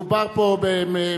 מדובר פה במדינה,